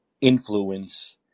influence